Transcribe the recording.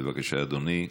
בבקשה, אדוני,